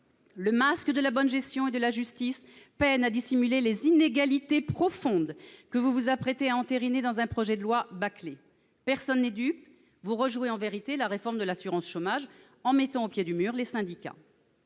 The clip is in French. Le masque de la bonne gestion et de la justice peine à dissimuler les inégalités profondes que vous vous apprêtez à entériner dans un projet de loi bâclé. Personne n'est dupe : vous rejouez en vérité la réforme de l'assurance chômage en mettant au pied du mur les syndicats.